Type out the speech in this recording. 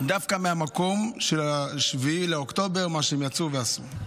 דווקא מהמקום של 7 באוקטובר, מה שהם יצאו ועשו.